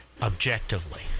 Objectively